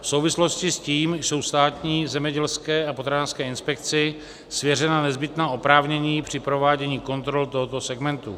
V souvislosti s tím jsou Státní zemědělské a potravinářské inspekci svěřena nezbytná oprávnění při provádění kontrol tohoto segmentu.